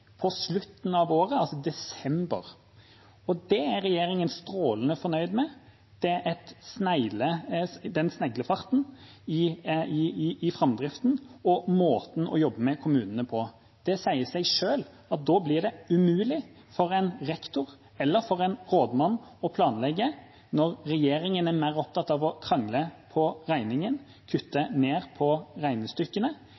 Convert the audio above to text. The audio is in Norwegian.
på slutten av året, i desember, og det er regjeringen strålende fornøyd med, den sneglefarten i framdriften og måten å jobbe med kommunene på. Det sier seg selv at det blir umulig for en rektor eller for en rådmann å planlegge når regjeringen er mer opptatt av å krangle på regningen